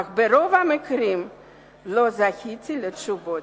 אך ברוב המקרים לא זכיתי לתשובות.